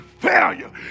Failure